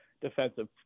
defensive